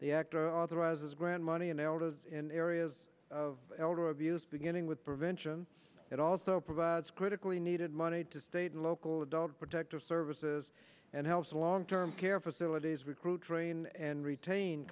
the actor authorizes grant money and elders in areas of elder abuse beginning with prevention it also provides critically needed money to state and local adult protective services and helps the long term care facilities recruit train and retain